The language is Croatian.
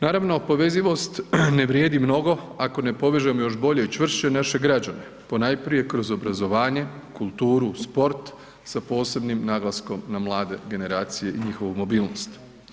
Naravno povezivost ne vrijedi mnogo ako ne povežemo još bolje i čvršće naše građane, ponajprije kroz obrazovanje, kulturu, sport, sa posebnim naglaskom na mlade generacije i njihovu mobilnost.